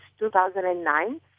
2009